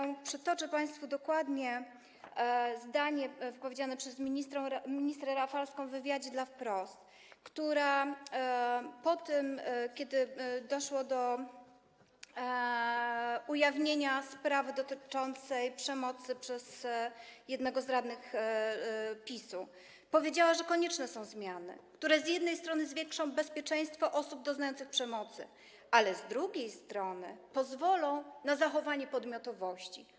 Dokładnie przytoczę państwu zdanie wypowiedziane przez ministrę Rafalską w wywiadzie dla „Wprost”, która po tym, kiedy doszło do ujawnienia sprawy dotyczącej przemocy stosowanej przez jednego z radnych PiS-u, powiedziała, że konieczne są zmiany, które z jednej strony zwiększą bezpieczeństwo osób doznających przemocy, ale z drugiej strony pozwolą na zachowanie podmiotowości.